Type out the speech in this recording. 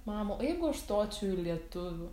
mama o jeigu aš stočiau į lietuvių